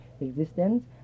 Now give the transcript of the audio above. existence